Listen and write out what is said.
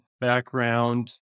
background